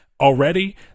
already